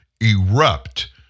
erupt